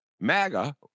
MAGA